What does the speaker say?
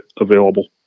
available